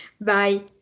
Bye